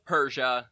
Persia